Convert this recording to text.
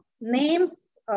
names